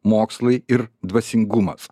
mokslai ir dvasingumas